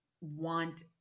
want